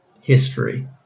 history